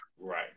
Right